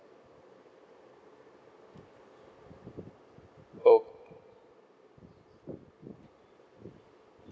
oh